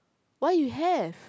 why you have